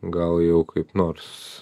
gal jau kaip nors